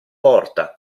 porta